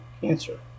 cancer